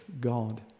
God